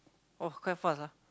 oh quite fast ah